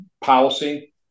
policy